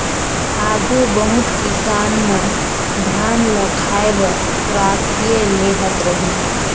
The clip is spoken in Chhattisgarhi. आघु बहुत किसान मन धान ल खाए बर राखिए लेहत रहिन